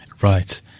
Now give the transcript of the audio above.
Right